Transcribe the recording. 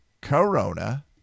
Corona